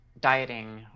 dieting